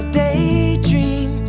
daydream